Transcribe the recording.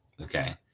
Okay